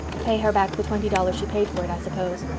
pay her back the twenty dollars she paid for it, i suppose.